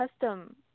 custom